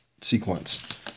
sequence